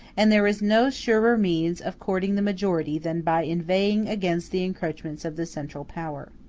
and there is no surer means of courting the majority than by inveighing against the encroachments of the central power.